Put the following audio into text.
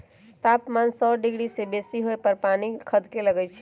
तापमान सौ डिग्री से बेशी होय पर पानी खदके लगइ छै